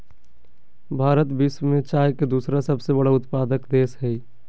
भारत विश्व में चाय के दूसरा सबसे बड़ा उत्पादक देश हइ